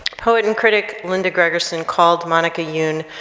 poet and critic linda gregerson called monica youn,